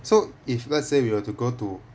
so if let's say we were to go to